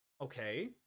Okay